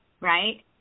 right